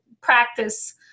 practice